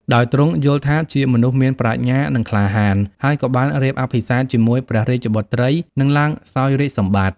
ដោយទ្រង់យល់ថាជាមនុស្សមានប្រាជ្ញា និងក្លាហាន ហើយក៏បានរៀបអភិសេកជាមួយ ព្រះរាជបុត្រី និងឡើងសោយរាជ្យសម្បត្តិ។